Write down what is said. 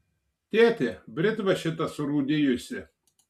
tėti britva šita surūdijusi